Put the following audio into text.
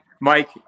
Mike